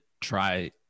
try